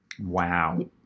Wow